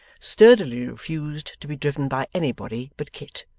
sturdily refused to be driven by anybody but kit,